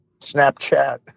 Snapchat